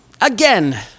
Again